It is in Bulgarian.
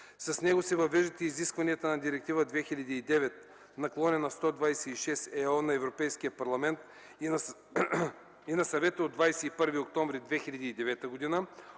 С него се въвеждат изискванията на Директива 2009/126/ЕО на Европейския парламент и на Съвета от 21 октомври 2009 г.